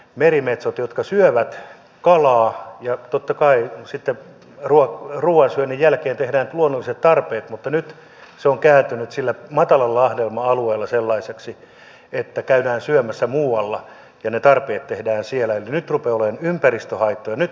merimetsot syövät kalaa ja totta kai sitten ruuan syönnin jälkeen tekevät luonnolliset tarpeet mutta nyt se on kääntynyt sillä matalalla lahdelma alueella sellaiseksi että käydään syömässä muualla ja ne tarpeet tehdään siellä eli nyt rupeaa olemaan ympäristöhaittoja